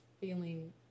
feeling